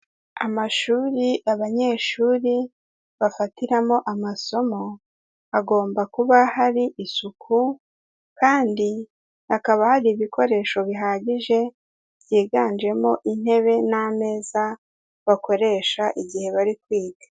Amashuri abanyeshuri bafatiramo amasomo, hagomba kuba hari isuku kandi hakaba hari ibikoresho bihagije, byiganjemo intebe n'ameza bakoresha igihe bari kwiga.